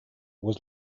was